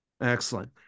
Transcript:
Excellent